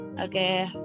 okay